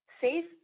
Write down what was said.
safe